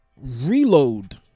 reload